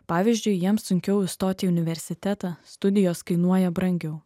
pavyzdžiui jiems sunkiau įstoti į universitetą studijos kainuoja brangiau